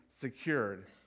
secured